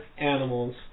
animals